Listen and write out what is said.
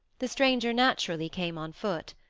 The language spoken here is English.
the stranger naturally came on foot.